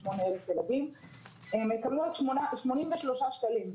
יקבלו עוד 83 שקלים.